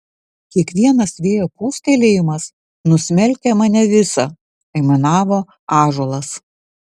kiekvienas vėjo pūstelėjimas nusmelkia mane visą aimanavo ąžuolas